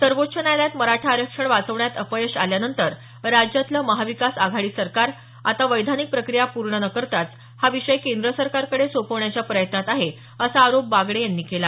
सर्वोच्च न्यायालयात मराठा आरक्षण वाचवण्यात अपयश आल्यानंतर राज्यातलं महाविकास आघाडी सरकार आता वैधानिक प्रक्रिया पूर्ण न करताच हा विषय केंद्र सरकारकडे सोपवण्याच्या प्रयत्नात आहे असा आरोप बागडे यांनी केला